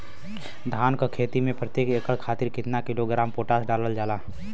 धान क खेती में प्रत्येक एकड़ खातिर कितना किलोग्राम पोटाश डालल जाला?